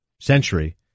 century